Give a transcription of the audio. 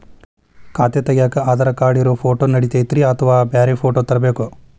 ಖಾತೆ ತಗ್ಯಾಕ್ ಆಧಾರ್ ಕಾರ್ಡ್ ಇರೋ ಫೋಟೋ ನಡಿತೈತ್ರಿ ಅಥವಾ ಬ್ಯಾರೆ ಫೋಟೋ ತರಬೇಕೋ?